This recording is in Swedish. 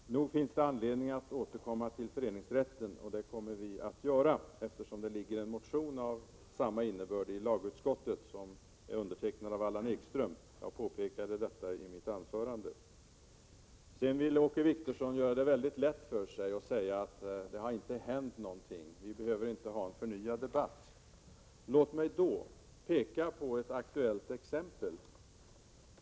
Herr talman! Nog finns det anledning att återkomma till föreningsrätten. Det kommer vi att göra, eftersom lagutskottet har fått en motion av samma innebörd undertecknad av Allan Ekström. Jag påpekade detta i mitt anförande. Åke Wictorsson ville göra det väldigt lätt för sig genom att säga att det inte har hänt någonting, att vi inte behöver ha en förnyad debatt. Låt mig då peka på ett aktuellt exempel.